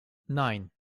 nine